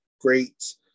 great